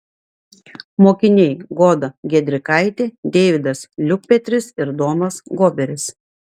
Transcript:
mokiniai goda giedrikaitė deividas liukpetris ir domas goberis